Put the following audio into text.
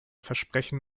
versprechen